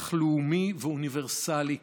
לקח לאומי ואוניברסלי כאחד: